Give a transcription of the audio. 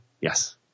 yes